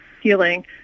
healing